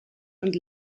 und